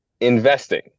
investing